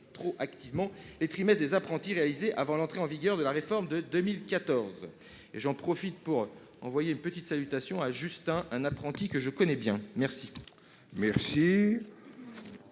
rétroactive des trimestres des apprentis réalisés avant l'entrée en vigueur de la réforme de 2014. Je profite de mon intervention pour envoyer une petite salutation à Justin, un apprenti que je connais bien. Quel